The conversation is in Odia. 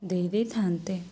ଦେଇ ଦେଇଥାନ୍ତେ